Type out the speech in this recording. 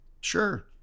Sure